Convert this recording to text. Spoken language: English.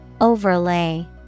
Overlay